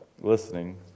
listening